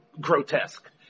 grotesque